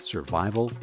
Survival